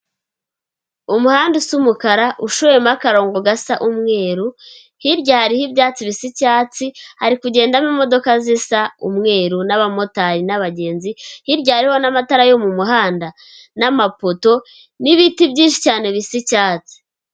Umuhanda usa umukara ushoyemo akarongo gasa umweru, hirya hariho ibyatsi bisa icyatsi; hari kugendamo imodoka zisa umweru n'abamotari n'abagenzi, hirya hariho n'amatara yo mu muhanda n'amapoto n'ibiti byinshi cyane bisa icyatsi.